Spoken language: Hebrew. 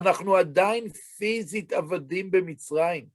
אנחנו עדיין פיזית עבדים במצרים.